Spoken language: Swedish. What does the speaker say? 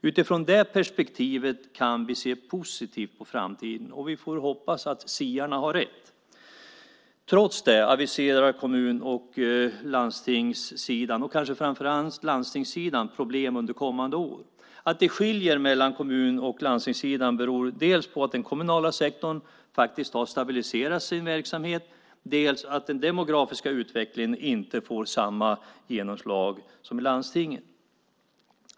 Utifrån det perspektivet kan vi se positivt på framtiden. Vi får hoppas att siarna har rätt. Trots det aviserar man på kommun och landstingssidan - kanske speciellt på landstingssidan - att man väntar problem under kommande år. Att det skiljer mellan kommuner och landsting beror dels på att den kommunala sektorn faktiskt har stabiliserat sin verksamhet, dels på att den demografiska utvecklingen inte får samma genomslag som i landstinget.